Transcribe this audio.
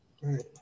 right